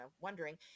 wondering